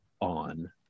on